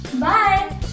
Bye